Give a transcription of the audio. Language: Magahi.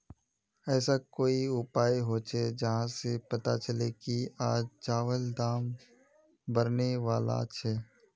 ऐसा कोई उपाय होचे जहा से पता चले की आज चावल दाम बढ़ने बला छे?